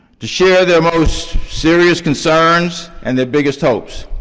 to share their most serious concerns and their biggest hopes.